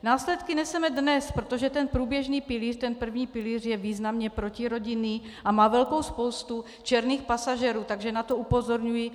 Následky neseme dnes, protože průběžný pilíř, ten první pilíř, je významně protirodinný a má velkou spoustu černých pasažérů, takže na to upozorňuji.